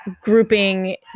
grouping